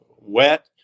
wet